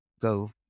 go